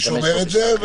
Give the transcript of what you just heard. אני שומר את זה,